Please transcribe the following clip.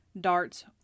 darts